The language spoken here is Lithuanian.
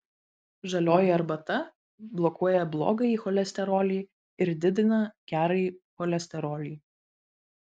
žalioji arbata blokuoja blogąjį cholesterolį ir didina gerąjį cholesterolį